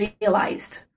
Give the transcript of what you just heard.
realized